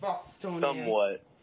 somewhat